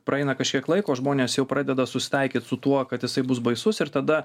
praeina kažkiek laiko žmonės jau pradeda susitaikyt su tuo kad jisai bus baisus ir tada